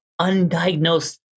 undiagnosed